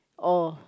oh